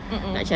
mmhmm